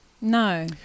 No